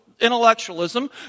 intellectualism